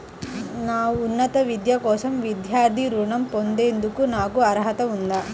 నా ఉన్నత విద్య కోసం విద్యార్థి రుణం పొందేందుకు నాకు అర్హత ఉందా?